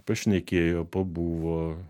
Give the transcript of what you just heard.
pašnekėjo pabuvo